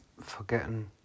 forgetting